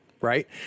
Right